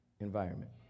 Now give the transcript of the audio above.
environment